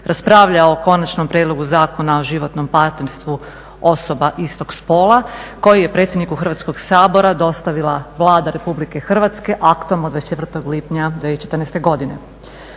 raspravljao o Konačnom prijedlogu Zakona o životnom partnerstvu osoba istog spola koji je predsjedniku Hrvatskog sabora dostavila Vlada RH aktom od 24. lipnja 2014. godine.